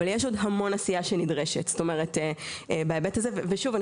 אבל יש עוד המון עשייה שנדרשת בהיבט הזה ושוב,